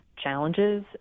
challenges